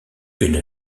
une